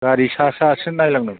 गारि सा सासो नायनांगोन